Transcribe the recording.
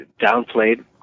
downplayed